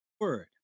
word